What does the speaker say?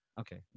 Okay